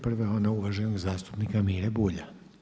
Prva je ona uvaženog zastupnika Mire Bulja.